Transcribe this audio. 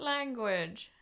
Language